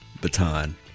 Baton